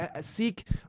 Seek